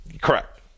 Correct